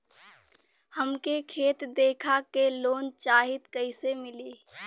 हमके खेत देखा के लोन चाहीत कईसे मिली?